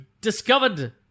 discovered